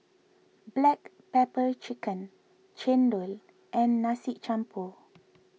Black Pepper Chicken Chendol and Nasi Campur